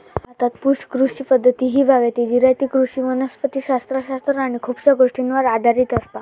भारतात पुश कृषी पद्धती ही बागायती, जिरायती कृषी वनस्पति शास्त्र शास्त्र आणि खुपशा गोष्टींवर आधारित असता